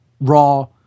raw